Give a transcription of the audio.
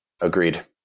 Agreed